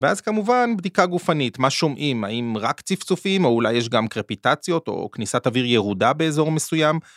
ואז כמובן בדיקה גופנית, מה שומעים, האם רק צפצופים, או אולי יש גם קרפיטציות, או כניסת אוויר ירודה באזור מסוים.